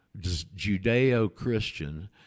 Judeo-Christian